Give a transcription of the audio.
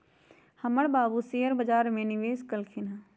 हमर बाबू शेयर बजार में निवेश कलखिन्ह ह